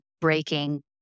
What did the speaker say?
breaking